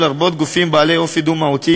לרבות גופים בעלי אופי דו-מהותי,